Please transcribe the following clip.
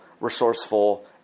resourceful